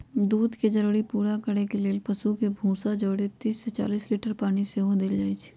दूध के जरूरी पूरा करे लेल पशु के भूसा जौरे तीस से चालीस लीटर पानी सेहो देल जाय